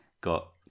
got